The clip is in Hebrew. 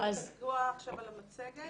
ובכל ההופעות שרצו באוקטובר,